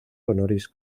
honoris